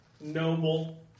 noble